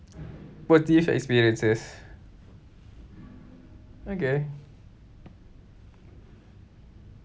positive experiences okay